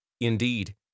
Indeed